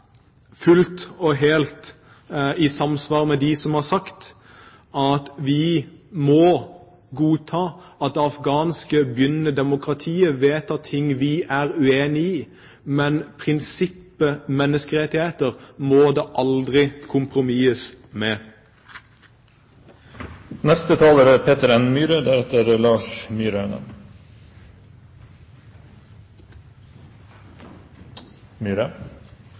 helt enig med dem som har sagt at vi må godta at det afghanske begynnende demokratiet vedtar ting vi er uenige i, men prinsippet om menneskerettigheter må det aldri kompromisses